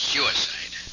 Suicide